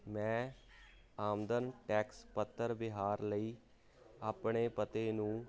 ਮੈਂ ਆਮਦਨ ਟੈਕਸ ਪੱਤਰ ਵਿਹਾਰ ਲਈ ਆਪਣੇ ਪਤੇ ਨੂੰ